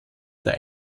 der